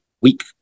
week